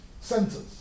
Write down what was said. centers